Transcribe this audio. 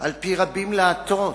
"אחרי רבים להטות",